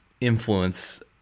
influence